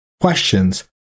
questions